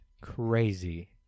crazy